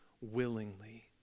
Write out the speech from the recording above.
willingly